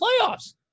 playoffs